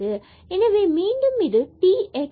எனவே மீண்டும் இது t x பொருத்த ஆகும்